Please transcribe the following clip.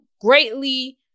greatly